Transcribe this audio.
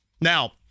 Now